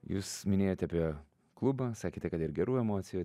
jūs minėjot apie klubą sakėte kad ir gerų emocijų